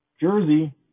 Jersey